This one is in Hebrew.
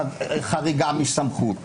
היא הפכה להיות בדמותכם.